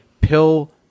pill